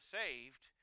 saved